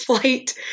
Flight